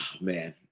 man